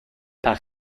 par